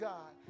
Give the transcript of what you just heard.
God